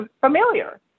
familiar